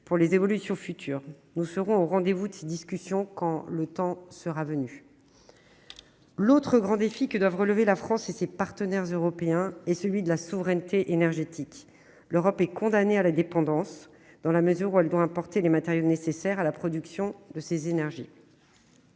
pour les évolutions futures. Nous serons au rendez-vous de ces discussions quand le temps sera venu. L'autre grand défi que la France et ses partenaires européens doivent relever est celui de la souveraineté énergétique. L'Europe est condamnée à la dépendance, dans la mesure où elle doit importer les matériaux nécessaires à la production de son énergie.